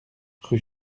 rue